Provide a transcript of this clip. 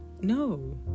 no